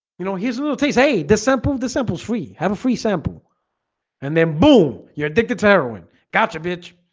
you know, here's a little taste hey this sample of the samples free have a free sample and then boom you're addicted to heroin gotcha, bitch